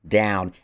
down